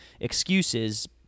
excuses